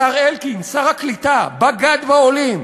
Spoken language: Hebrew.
השר אלקין, שר הקליטה, בגד בעולים.